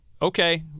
Okay